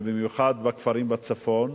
ובמיוחד בכפרים בצפון,